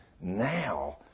now